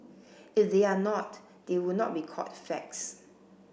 if they are not they would not be called facts